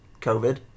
COVID